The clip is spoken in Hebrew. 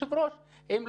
בנגב,